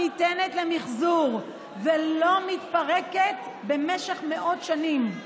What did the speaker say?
ניתנת למחזור ולא מתפרקת במשך מאות שנים.